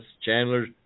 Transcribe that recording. Chandler